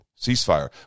Ceasefire